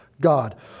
God